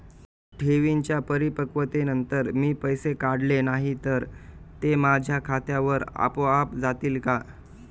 ठेवींच्या परिपक्वतेनंतर मी पैसे काढले नाही तर ते माझ्या खात्यावर आपोआप जातील का?